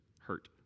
hurt